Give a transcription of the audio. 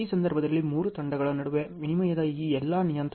ಈ ಸಂದರ್ಭದಲ್ಲಿ ಮೂರು ತಂಡಗಳ ನಡುವೆ ವಿನಿಮಯವಾದ ಈ ಎಲ್ಲಾ ನಿಯತಾಂಕಗಳು